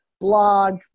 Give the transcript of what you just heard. blog